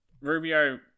Rubio